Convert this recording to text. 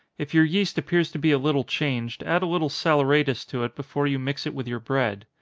if your yeast appears to be a little changed, add a little saleratus to it before you mix it with your bread.